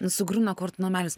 nu sugriūna kortų namelis